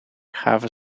geven